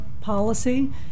policy